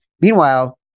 Meanwhile